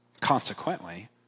Consequently